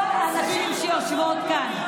כל הנשים שיושבות כאן,